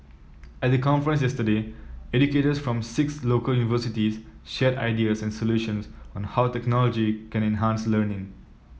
at the conference yesterday educators from six local universities shared ideas and solutions on how technology can enhance learning